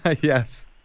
yes